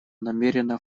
намерена